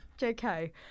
JK